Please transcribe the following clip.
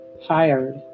hired